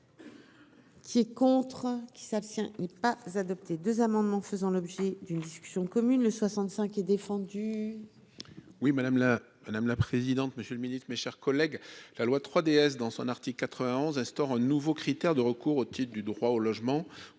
Qui est contre qui s'abstient est pas adopté 2 amendements faisant l'objet d'une discussion commune le 65 et défendu. Oui, madame la madame la présidente, monsieur le Ministre, mes chers collègues, la loi 3DS dans son article 91 instaure un nouveau critère de recours au titre du droit au logement